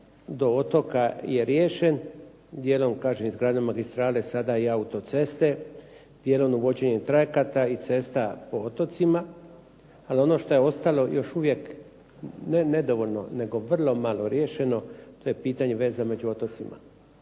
do otoka je riješen, dijelom kažem izgradnjom magistrale, sada i autoceste, dijelom uvođenjem trajekata i cesta po otocima, ali ono što je ostalo još uvijek ne nedovoljno, nego vrlo malo riješeno, to je pitanje veza među otocima.